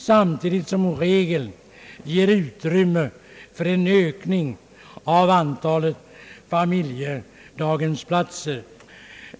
Samtidigt ger regeln utrymme för en ökning av antalet familjedaghemsplatser.